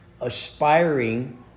aspiring